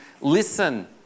Listen